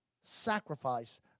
sacrifice